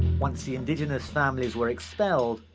once the indigenous families were expelled,